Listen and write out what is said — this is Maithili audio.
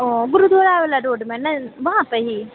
ओ गुरुद्वारा वला रोडमे नहि उहाँ पे ही